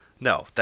No